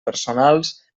personals